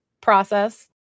process